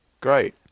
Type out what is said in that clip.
Great